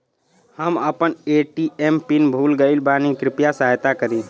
हम आपन ATM PIN भूल गईल बानी कृपया सहायता करी